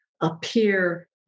appear